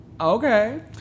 Okay